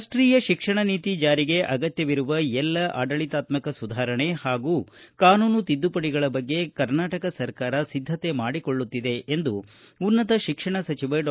ರಾಷ್ಷೀಯ ಶಿಕ್ಷಣ ನೀತಿ ಜಾರಿಗೆ ಅಗತ್ಯವಿರುವ ಎಲ್ಲ ಆಡಳಿತಾತ್ಸಕ ಸುಧಾರಣೆ ಹಾಗೂ ಕಾನೂನು ತಿದ್ದುಪಡಿಗಳ ಬಗ್ಗೆ ಕರ್ನಾಟಕ ಸರ್ಕಾರ ಸಿದ್ದತೆ ಮಾಡಿಕೊಳ್ಳುತ್ತಿದೆ ಎಂದು ಉನ್ನತ ಶಿಕ್ಷಣ ಸಚಿವ ಡಾ